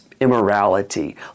immorality